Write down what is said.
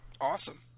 Awesome